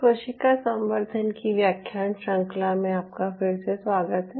कोशिका संवर्धन की व्याख्यान श्रृंखला में आपका फिर से स्वागत है